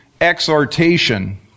exhortation